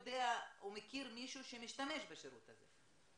יודע או מכיר מישהו שמשתמש בשירות הזה?